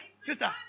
Sister